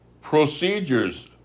procedures